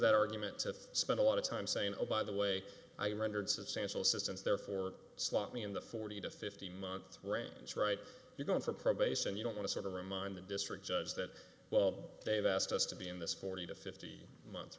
that argument to spend a lot of time saying oh by the way i rendered substantial assistance therefore slightly in the forty to fifty month range right you're going for probation you don't want to sort of remind the district judge that well they've asked us to be in this forty to fifty month